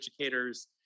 educators